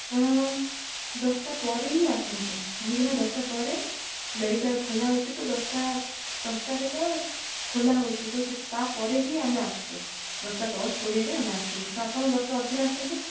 ଆପଣ ଦଶଟା ପରେ ହିଁ ଆସନ୍ତୁ କାହିଁକି ନା ଦଶଟା ପରେ ମେଡ଼ିକାଲ ଖୋଲା ହେଉଛି ତ ଦଶଟା ଦଶଟାରେ ତ ଖୋଲା ହେଉଛି ତ ତା'ପରେ ହିଁ ଆମେ ଆସୁଛୁ ଦଶଟା ଦଶ କୋଡ଼ିଏରେ ଆମେ ଆସୁଛୁ ତ ଆପଣ ଦଶଟା ଅଧେରେ ଆସନ୍ତୁ